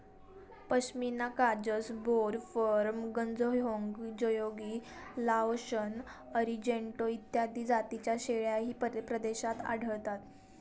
पश्मिना काजस, बोर, फर्म, गझहोंग, जयोगी, लाओशन, अरिजेंटो इत्यादी जातींच्या शेळ्याही परदेशात आढळतात